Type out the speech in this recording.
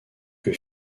que